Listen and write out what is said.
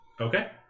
Okay